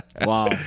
wow